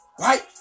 right